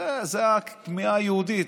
זו הכמיהה היהודית.